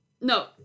No